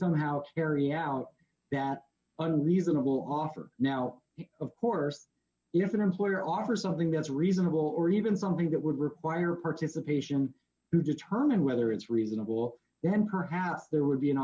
somehow carry out that on reasonable offer now of course if an employer offers something that's reasonable or even something that would require participation to determine whether it's reasonable then perhaps there would be an